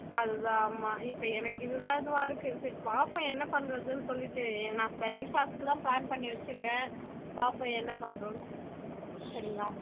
அதுதான் ஆமாம் இப்போ எனக்கு இதுதான் இதுவாக இருக்குது சரி பார்ப்போம் என்ன பண்ணுறதுன்னு சொல்லிட்டு நான் ஸ்பெஷல் க்ளாஸ்க்குதான் ப்ளான் பண்ணி வச்சிருக்கேன் பார்ப்போம் என்ன பண்ணுறோன்னு சொ சரிங்களா